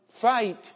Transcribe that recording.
fight